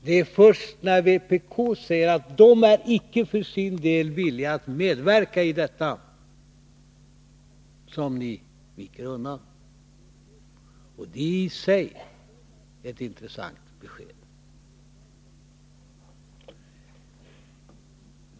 Det är först sedan kommunisterna sagt att de för sin del inte är villiga att medverka i detta som ni viker undan. Det är i sig ett intressant besked.